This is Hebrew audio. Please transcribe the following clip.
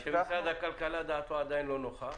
כשמשרד הכלכלה דעתו עדיין לא נוחה.